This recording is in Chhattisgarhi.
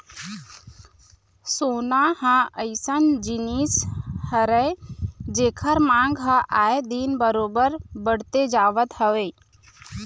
सोना ह अइसन जिनिस हरय जेखर मांग ह आए दिन बरोबर बड़ते जावत हवय